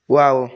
wow